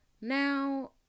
Now